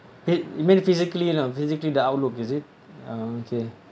wait you mean physically you know physically the outlook is it oh okay